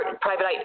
private